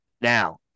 Now